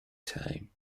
time